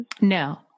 No